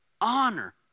honor